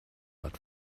but